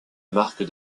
marque